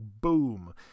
Boom